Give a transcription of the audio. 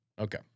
Okay